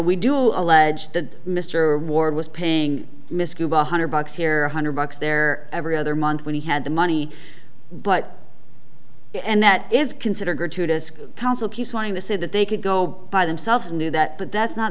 we do allege that mr ward was paying miscued one hundred bucks here one hundred bucks there every other month when he had the money but and that is considered gratuitous council keeps wanting to say that they could go by themselves and do that but that's not